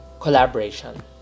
collaboration